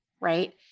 right